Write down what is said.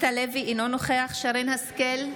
אינו נוכח שרן מרים השכל,